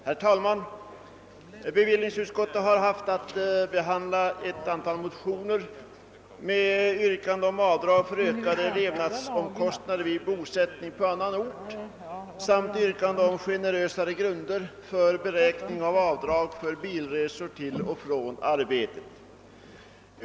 Herr talman! Bevillningsutskottet har haft att behandla ett antal motioner med yrkande om avdrag för ökade levnadskostnader vid bosättning på annan ort samt yrkande om generösare grunder för beräkning av avdrag för bilresor till och från arbetet.